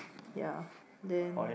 yeah then